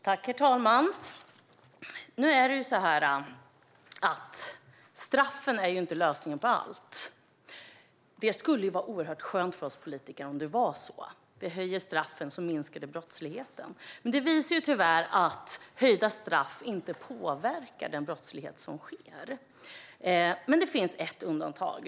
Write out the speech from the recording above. Herr talman! Nu är ju inte straffen lösningen på allt. Det skulle vara oerhört skönt för oss politiker om det var så att om vi höjer straffen minskar brottsligheten. Men tyvärr ser vi att höjda straff inte påverkar brottsligheten. Det finns dock ett undantag.